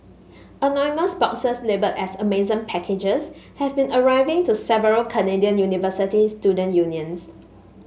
anonymous boxes labelled as Amazon packages have been arriving to several Canadian university student unions